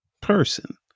person